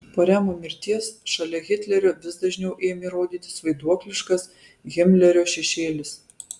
po remo mirties šalia hitlerio vis dažniau ėmė rodytis vaiduokliškas himlerio šešėlis